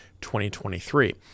2023